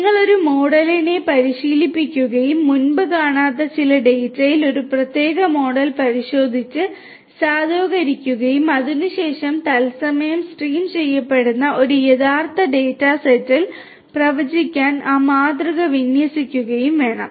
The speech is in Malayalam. നിങ്ങൾ ഒരു മോഡലിനെ പരിശീലിപ്പിക്കുകയും മുമ്പ് കാണാത്ത ചില ഡാറ്റയിൽ ആ പ്രത്യേക മോഡൽ പരിശോധിച്ച് സാധൂകരിക്കുകയും അതിനുശേഷം തത്സമയം സ്ട്രീം ചെയ്യപ്പെടുന്ന ഒരു യഥാർത്ഥ ഡാറ്റ സെറ്റിൽ പ്രവചിക്കാൻ ആ മാതൃക വിന്യസിക്കുകയും വേണം